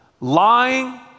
lying